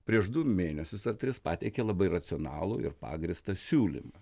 prieš du mėnesius ar tris pateikė labai racionalų ir pagrįstą siūlymą